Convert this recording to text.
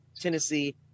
Tennessee